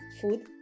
food